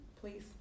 please